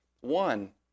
One